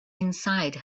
inside